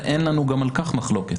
ואין לנו גם על כך מחלוקת,